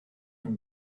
and